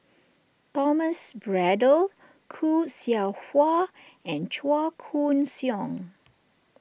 Thomas Braddell Khoo Seow Hwa and Chua Koon Siong